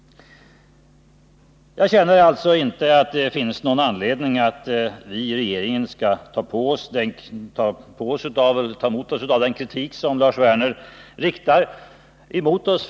Jag känner alltså inte att det finns någon anledning att regeringen skall ta åt sig av den kritik för att vara passiv som Lars Werner riktar mot den.